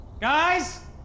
Guys